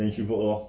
then 去 vote lor